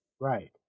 Right